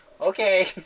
Okay